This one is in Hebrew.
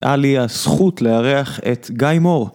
היה לי הזכות לארח את גיא מור.